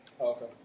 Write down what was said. Okay